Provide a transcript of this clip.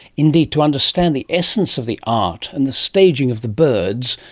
indeed, to understand the essence of the art and the staging of the birds,